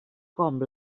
com